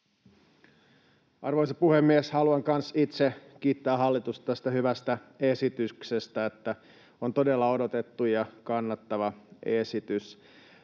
Arvoisa puhemies! Haluan kanssa itse kiittää hallitusta tästä hyvästä esityksestä, tämä on todella odotettu ja kannatettava esitys.